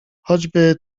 choćby